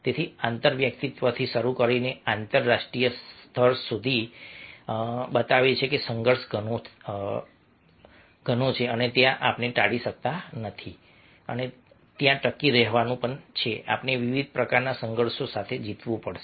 તેથી આંતરવ્યક્તિત્વથી શરૂ કરીને આંતરરાષ્ટ્રિય સ્તર સુધી તેથી આ બતાવે છે કે સંઘર્ષ ઘણો છે ત્યાં આપણે ટાળી શકતા નથી તે ત્યાં છે આપણે ટકી રહેવાનું છે આપણે વિવિધ પ્રકારના સંઘર્ષો સાથે જીવવું પડશે